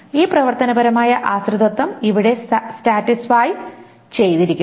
ഈ പ്രവർത്തനപരമായ ആശ്രിതത്വം ഇവിടെ സാറ്റിസ്ഫൈ ചെയ്തിരിക്കുന്നു